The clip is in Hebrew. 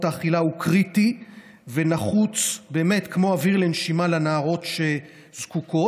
האכילה היא קריטית ונחוצה באמת כמו אוויר לנשימה לנערות שזקוקות,